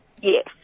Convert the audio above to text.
Yes